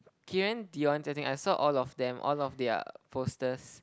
Keiran Dion Jia-Qing I saw all of them all of their poster